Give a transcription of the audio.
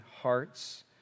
hearts